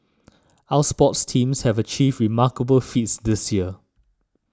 our sports teams have achieved remarkable feats this year